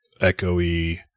echoey